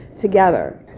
together